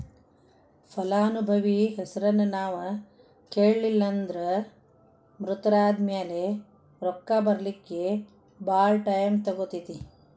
ಫಲಾನುಭವಿ ಹೆಸರನ್ನ ನಾವು ಹೇಳಿಲ್ಲನ್ದ್ರ ಮೃತರಾದ್ಮ್ಯಾಲೆ ರೊಕ್ಕ ಬರ್ಲಿಕ್ಕೆ ಭಾಳ್ ಟೈಮ್ ತಗೊತೇತಿ